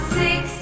six